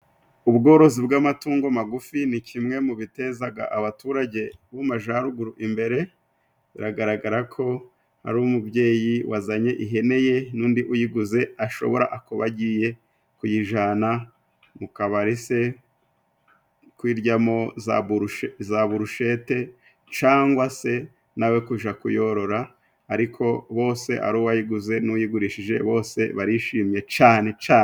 Ubworozi bw'amatungo magufi ni kimwe mu bitezaga abaturage b'amajaruguru imbere. Biragaragara ko ari umubyeyi wazanye ihene ye n'undi uyiguze. Ashobora kuba agiye kuyijana mu kabari se kuyiryamo za burushete cangwa se nawe kuja kuyorora, ariko bose ari uwayiguze n'uyigurishije bose barishimye cane cane.